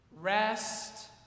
Rest